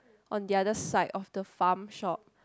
on the other side of the farm shop